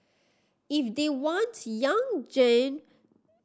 if they want young gen